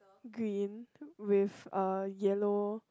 green with uh yellow